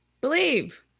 Believe